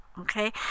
okay